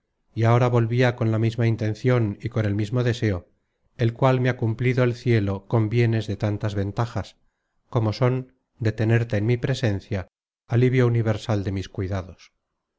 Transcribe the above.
y ahora volvia con la misma intencion y con el mismo deseo el cual me ha cumplido el cielo con bienes de tantas ventajas como son de tenerte en mi presencia alivio universal de mis cuidados